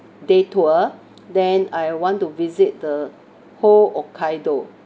day tour then I want to visit the whole hokkaido